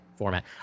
format